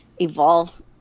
evolve